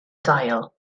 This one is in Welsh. dail